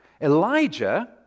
Elijah